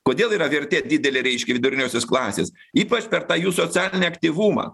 kodėl yra vertė didelė reiškia viduriniosios klasės ypač per tą jų socialinį aktyvumą